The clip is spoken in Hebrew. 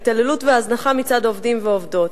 ההתעללות וההזנחה מצד עובדים ועובדות,